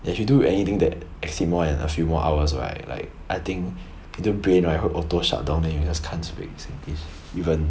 if you do anything that exceed more than a few more hours right like I think the brain right 会 auto shut down then you just can't speak singlish even